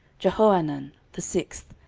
jehohanan the sixth,